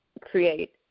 create